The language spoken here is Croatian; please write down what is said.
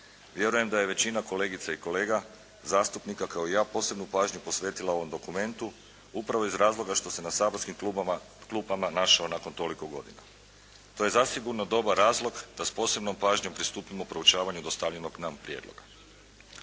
Vjerujem da je većina kolegica i kolega zastupnika, kao i ja, posebnu pažnju posvetila ovom dokumentu, upravo iz razloga što se na saborskim klupama našao nakon toliko godina. To je zasigurno dobar razlog da s posebnom pažnjom pristupimo proučavanju dostavljenog nam prijedloga.